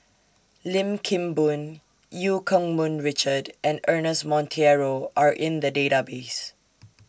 Lim Kim Boon EU Keng Mun Richard and Ernest Monteiro Are in The Database